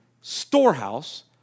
storehouse